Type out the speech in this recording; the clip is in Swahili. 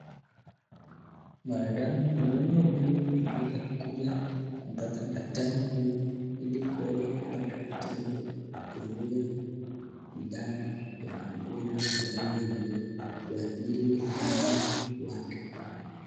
Mwanadamu mgonjwa huyu ame weza kuja kumpata daktari huyu ili kuweza kupata chanjo kuzuia idara ya magonjwa ambayo yanaweza kuadhiri mwili wake.